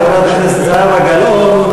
חברת הכנסת זהבה גלאון,